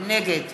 נגד